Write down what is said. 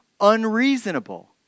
unreasonable